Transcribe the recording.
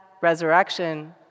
resurrection